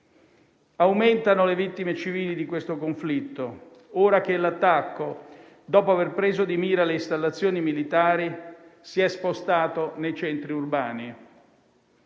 Aumentano le vittime civili di questo conflitto ora che l'attacco, dopo aver preso di mira le installazioni militari, si è spostato nei centri urbani.